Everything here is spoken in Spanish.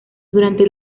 durante